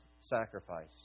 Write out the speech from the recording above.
sacrifice